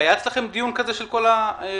היה אצלכם דיון כזה של כל הגורמים?